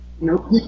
Nope